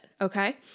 okay